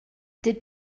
did